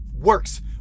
works